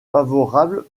favorable